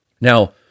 Now